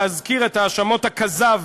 להזכיר את האשמות הכזב